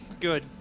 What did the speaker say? Good